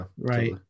right